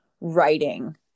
writing